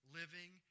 living